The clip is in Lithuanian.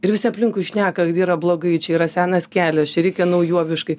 ir visi aplinkui šneka yra blogai čia yra senas kelias čia reikia naujoviškai